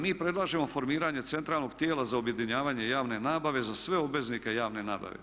Mi predlažemo formiranje centralnog tijela za objedinjavanje javne nabave za sve obveznike javne nabave.